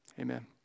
amen